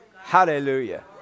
Hallelujah